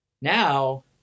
Now